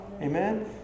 Amen